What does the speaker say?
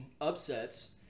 upsets